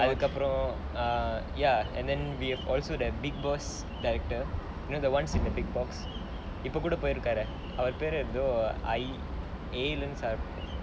அதுக்கு அப்புறம்:athukku appuram err ya and then we have also that bigg boss director you know the ones in the bigg boss இப்போ கூட போயிருக்காறாரே அவர் பெயர் கூட எதோ:ippo kooda poyirukkuraarae avar peyar kooda yetho I A லேந்து ஆரம்பிக்கும்:laenthu aarambikkum